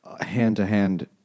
hand-to-hand